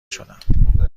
شدم